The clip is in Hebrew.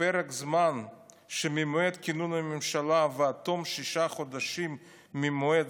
"בפרק הזמן שממועד כינון הממשלה ועד תום שישה חודשים ממועד